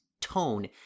tone